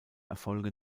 erfolge